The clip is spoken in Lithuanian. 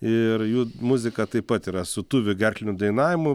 ir jų muzika taip pat yra su tuvių gerkliniu dainavimu